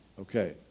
Okay